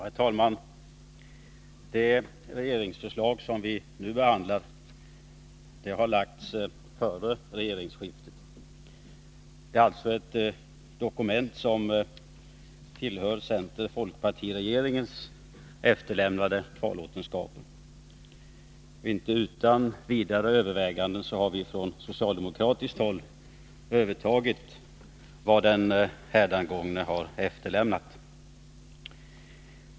Herr talman! Det regeringsförslag som vi nu behandlar har framlagts före regeringsskiftet. Det är alltså ett dokument som tillhör center-folkpartiregeringens kvarlåtenskap. Inte utan vidare överväganden har vi från socialdemokratiskt håll övertagit vad den hädangångna regeringen har efterlämnat.